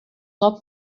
not